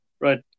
Right